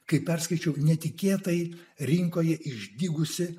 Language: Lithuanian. kai perskaičiau netikėtai rinkoje išdygusį